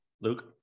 Luke